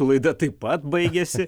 laida taip pat baigėsi